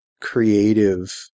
creative